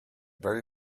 very